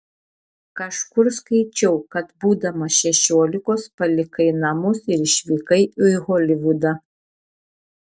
kažkur skaičiau kad būdamas šešiolikos palikai namus ir išvykai į holivudą